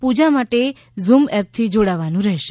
પૂજા માટે ઝુમ એપથી જોડાવવાનું રહેશે